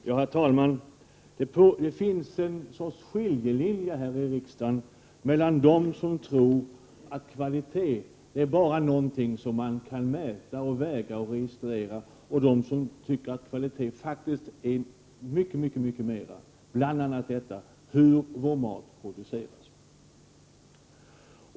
Herr talman! Det finns en skiljelinje här i riksdagen mellan dem som tror att kvalitet är bara någonting man kan väga, mäta och registrera och dem som tycker att kvalitet faktiskt är mycket mera, bl.a. detta hur vår mat produceras.